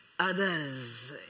others